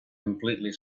completely